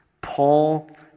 Paul